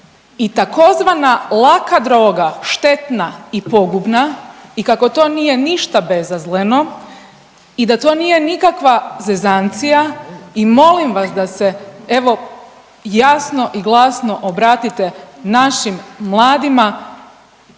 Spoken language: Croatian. i tzv. laka droga štetna i pogubna i kako to nije ništa bezazleno i da to nije nikakva zezancija i molim vas da se evo jasno i glasno obratite našim mladima